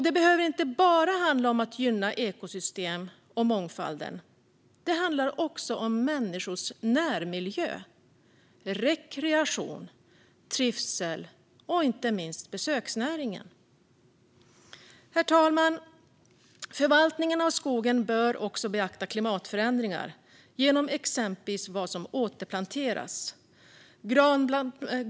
Det behöver inte bara handla om att gynna ekosystemen och mångfalden, utan det handlar också om människors närmiljö, rekreation och trivsel och inte minst om besöksnäringen. Herr talman! Förvaltningen av skogen bör också beakta klimatförändringar genom exempelvis vad som återplanteras.